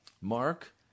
Mark